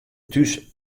thús